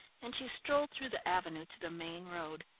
and she strolled through the avenue to the main road.